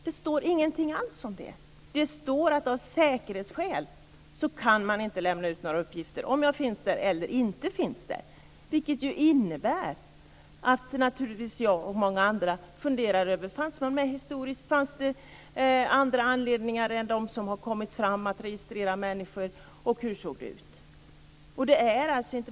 Det står ingenting alls om det. Det står att man av säkerhetsskäl inte kan lämna ut några uppgifter om huruvida jag finns där eller inte finns där. Detta innebär naturligtvis att jag och många andra funderar: Fanns vi med historiskt? Fanns det andra anledningar än de som har kommit fram att registrera människor? Hur såg det ut?